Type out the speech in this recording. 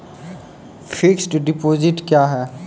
Fixed deposit क्या हैं?